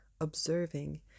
observing